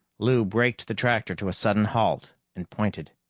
lou braked the tractor to a sudden halt, and pointed.